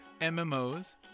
MMOs